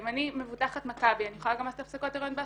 אם אני מבוטחת מכבי אני יכולה גם לעשות הפסקות הריון באסותא,